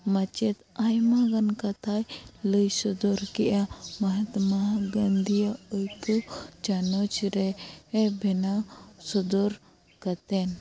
ᱢᱟᱪᱮᱫ ᱟᱭᱢᱟᱜᱟᱱ ᱠᱟᱛᱷᱟᱭ ᱞᱟᱹᱭ ᱥᱚᱫᱚᱨ ᱠᱮᱫᱼᱟ ᱢᱚᱦᱟᱛᱢᱟ ᱜᱟᱱᱫᱷᱤᱭᱟᱜ ᱟᱹᱭᱠᱟᱹᱣ ᱪᱟᱱᱚᱪ ᱨᱮ ᱮ ᱵᱮᱱᱟᱣ ᱥᱚᱫᱚᱨ ᱠᱟᱛᱮᱱ